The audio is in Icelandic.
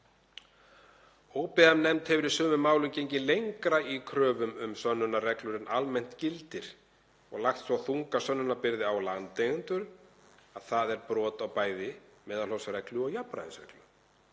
Óbyggðanefnd hefur í sumum málum gengið lengra í kröfum um sönnunarreglur en almennt gildir og lagt svo þunga sönnunarbyrði á landeigendur að það er brot á bæði meðalhófsreglu og jafnræðisreglu.